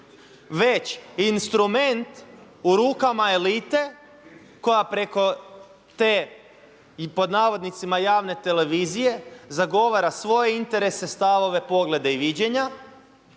već instrument u rukama elite koja preko te i pod navodnicima javne televizije zagovara svoje interese, stavove, poglede i viđenja